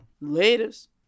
Latest